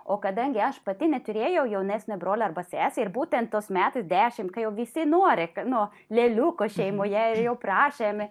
o kadangi aš pati neturėjau jaunesnio brolio arba sesė ir būtent tuos metų dešimt kai jau visi nori nu lėliuko šeimoje ir jau prašėm